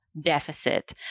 deficit